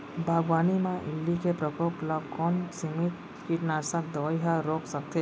बागवानी म इल्ली के प्रकोप ल कोन सीमित कीटनाशक दवई ह रोक सकथे?